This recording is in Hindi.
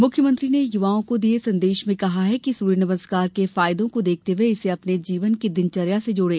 मुख्यमंत्री ने युवाओं को दिये संदेश में कहा कि सूर्य नमस्कार के फायदों को देखते हुए इसे अपने जीवन की दिनचर्यो से जोड़ें